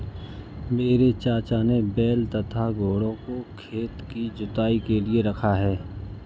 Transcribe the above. मेरे चाचा ने बैल तथा घोड़ों को खेत की जुताई के लिए रखा है